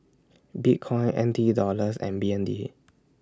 Bitcoin N T Dollars and B N D